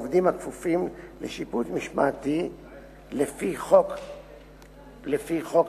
העובדים הכפופים לשיפוט משמעתי לפי חוק המשמעת.